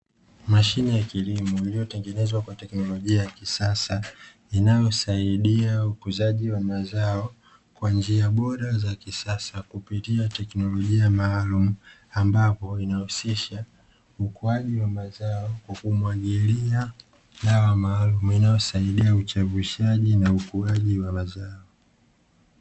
Mashine ya kilimo iliyotengenezwa kwa teknolojia ya kisasa inayosaidia ukuaji wa mazao kwa njia bora za kisasa kupitia teknolojia maalumu, ambapo inahusisha ukuaji wa mazao, umwagiliaji, dawa maalumu inayosaidia uchagishaji na ukuaji wa mazao.